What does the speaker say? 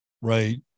right